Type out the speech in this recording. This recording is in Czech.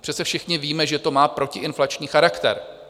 Přece všichni víme, že to má protiinflační charakter.